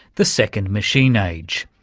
the second machine age.